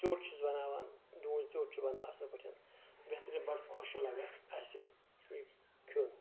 ژِیوٚٹ چھِس بَناناوان ڈوٗنۍ ژیوٚٹ چھُ بَناوان اَصٕل پٲٹھۍ بہتریٖن بَڑٕ خۄش چھُ لگان اسہِ سُہ کھیوٚن